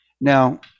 Now